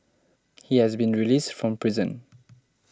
he has been released from prison